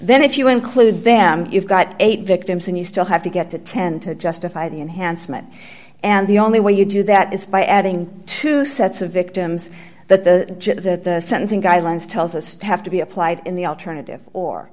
then if you include them you've got eight victims and you still have to get to ten to justify the enhancement and the only way you you that is by adding two sets of victims that the gender that the sentencing guidelines tells us have to be applied in the alternative or